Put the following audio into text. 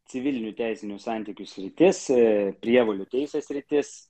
civilinių teisinių santykių sritis ir prievolių teisės sritis